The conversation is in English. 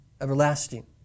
everlasting